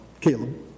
Caleb